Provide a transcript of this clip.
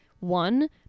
one